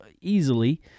easily